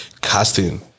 casting